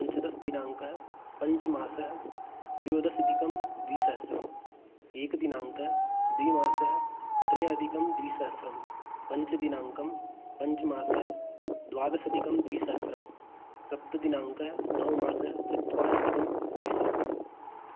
पञ्चदशदिनाङ्कः पञ्चमासः त्रियोदश अधिकं द्विसहस्रम् एकदिनाङ्कः द्विमासः त्रयोऽधिकं द्विसहस्रं पञ्चदिनाङ्कं पञ्चमासः द्वादश अधिकं द्विसहस्रं सप्तदिनाङ्कः नवमासः चत्वार्यधिकं द्विसहस्रम्